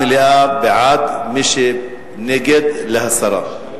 מליאה, בעד, מי שנגד, להסרה.